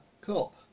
cup